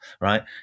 right